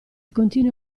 continui